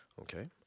Okay